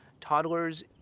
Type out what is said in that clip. toddlers